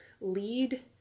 lead